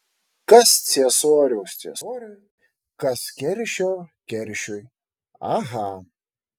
kas ciesoriaus ciesoriui kas keršio keršiui aha